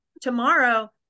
tomorrow